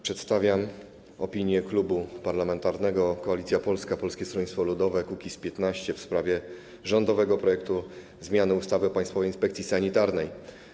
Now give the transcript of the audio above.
Przedstawiam opinię Klubu Parlamentarnego Koalicja Polska - Polskie Stronnictwo Ludowe - Kukiz15 w sprawie rządowego projektu zmiany ustawy o Państwowej Inspekcji Sanitarnej.